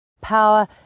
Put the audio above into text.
Power